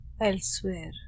Elsewhere